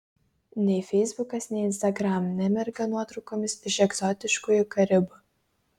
nei feisbukas nei instagram nemirga nuotraukomis iš egzotiškųjų karibų